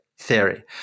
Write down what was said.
theory